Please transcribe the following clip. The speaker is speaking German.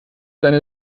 seine